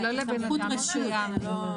לא לבנאדם מסוים.